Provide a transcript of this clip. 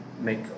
Make